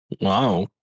wow